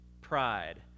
pride